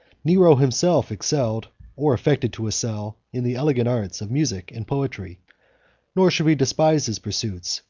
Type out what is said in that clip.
nero himself excelled, or affected to excel, in the elegant arts of music and poetry nor should we despise his pursuits,